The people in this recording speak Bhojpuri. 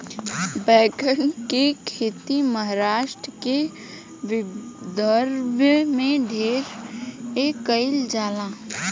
बैगन के खेती महाराष्ट्र के विदर्भ में ढेरे कईल जाला